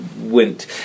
went